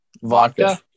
Vodka